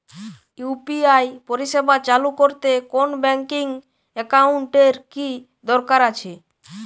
UPI পরিষেবা চালু করতে কোন ব্যকিং একাউন্ট এর কি দরকার আছে?